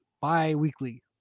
bi-weekly